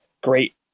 great